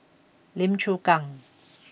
Lim Chu Kang